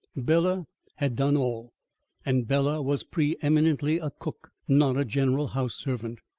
bela had done all and bela was pre-eminently a cook, not a general house-servant.